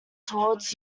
towards